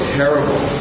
terrible